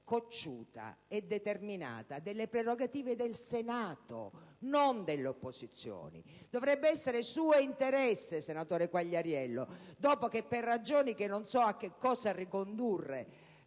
cocciuta e determinata delle prerogative del Senato, non delle opposizioni. Dovrebbe essere suo interesse, senatore Quagliariello, dopo che, per ragioni che non so a che cosa ricondurre,